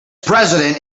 president